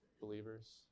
believers